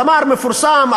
זמר מפורסם,